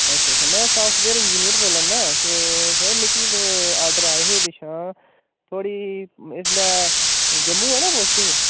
अच्छा अच्छा मैं साफ्टवेयर इंजीनियर बोला ना ते सर ते मिकी आर्डर आए हे पिच्छोआं थुआढ़ी इसलै जम्मू ऐ ना पोस्टिंग